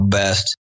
best